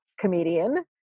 comedian